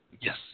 Yes